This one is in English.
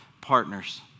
partners